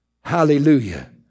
Hallelujah